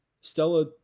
Stella